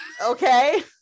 Okay